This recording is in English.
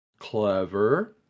Clever